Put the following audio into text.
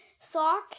sock